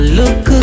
look